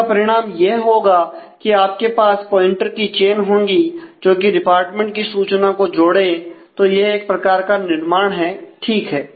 इसका परिणाम यह होगा कि आपके पास पॉइंटर की चेन होगी जो कि डिपार्टमेंट की सूचना को जोड़ें तो यह एक प्रकार का निर्माण है ठीक है